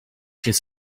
should